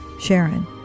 Sharon